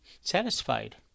satisfied